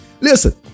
Listen